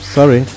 Sorry